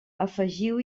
afegiu